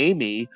Amy